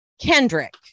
kendrick